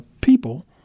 people